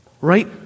Right